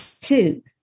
two